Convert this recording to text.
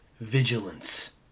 vigilance